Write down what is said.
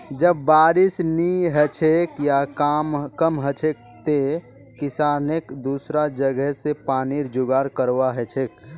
जब बारिश नी हछेक या कम हछेक तंए किसानक दुसरा जगह स पानीर जुगाड़ करवा हछेक